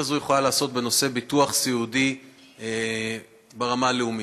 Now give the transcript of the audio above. הזאת יכולה לעשות בנושא ביטוח סיעודי ברמה הלאומית.